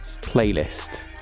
playlist